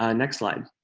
ah next slide.